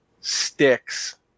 sticks